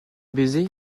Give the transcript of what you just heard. baiser